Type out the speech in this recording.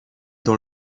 dans